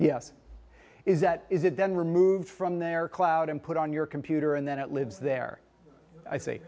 yes is that is it then removed from their cloud and put on your computer and then it lives there i say